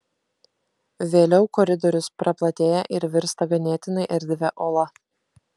vėliau koridorius praplatėja ir virsta ganėtinai erdvia ola